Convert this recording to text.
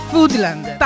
Foodland